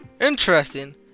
Interesting